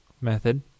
method